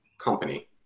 company